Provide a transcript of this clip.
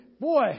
boy